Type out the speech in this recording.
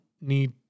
need